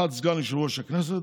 אחד הוא סגן יושב-ראש הכנסת,